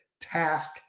task